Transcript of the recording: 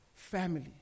family